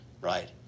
right